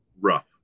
rough